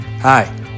Hi